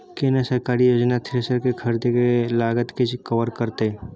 केना सरकारी योजना थ्रेसर के खरीदय के लागत के कवर करतय?